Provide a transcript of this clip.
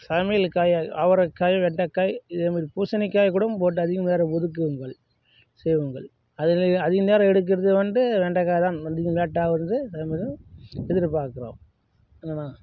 சமையலுக்காக அவரைக்காய் வெண்டைக்காய் இதேமாதிரி பூசணிக்காய் கூட போட்டு அதிக நேரம் ஒதுக்குங்கள் செய்யுங்கள் அதிக நேரம் எடுக்குறது வந்து வெண்டைக்காய் தான் வந்து லேட் ஆகுறது வந்து எதிர்ப்பாக்குறோம்